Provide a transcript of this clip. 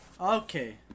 Okay